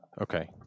Okay